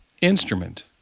instrument